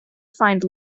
find